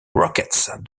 rockets